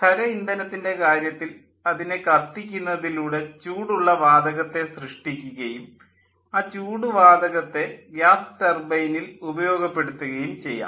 ഖര ഇന്ധനത്തിൻ്റെ കാര്യത്തിൽ അതിനെ കത്തിക്കുന്നതിലൂടെ ചൂടുള്ള വാതകത്തെ സൃഷ്ടിക്കുകയും ആ ചൂടു വാതകത്തെ ഗ്യാസ് ടർബൈനിൽ ഉപയോഗപ്പെടുത്തുകയും ചെയ്യാം